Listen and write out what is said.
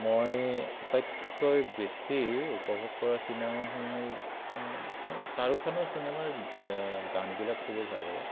মই আটাইতকৈ বেছি উপভোগ কৰা চিনেমাসমূহ হ'ল শ্বাহৰূখ খানৰ চিনেমাৰ গানবিলাক খুবেই ভাল লাগে